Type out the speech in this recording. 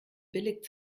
billig